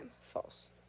False